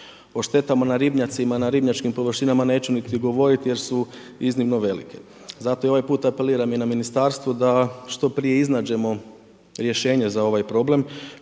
O štetama na ribnjacima, na ribnjačkim površinama neću niti ni govoriti jer su iznimno velike. Zato i ovaj puta apeliram i na ministarstvo da što prije iznađemo rješenje za ovaj problem